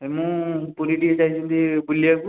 ମୁଁ ପୁରୀ ଟିକେ ଯାଇଥାନ୍ତି ବୁଲିବାକୁ